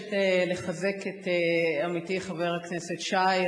מבקשת לחזק את עמיתי חבר הכנסת שי,